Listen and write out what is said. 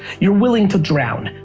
you're willing to drown.